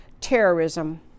terrorism